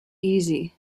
easy